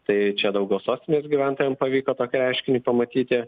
tai čia daugiau sostinės gyventojam pavyko tokį reiškinį pamatyti